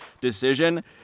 decision